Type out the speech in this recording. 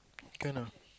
can ah